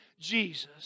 Jesus